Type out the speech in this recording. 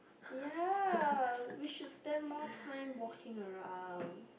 ya which should spend more time walking around